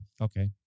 Okay